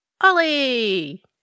Ollie